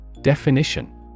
Definition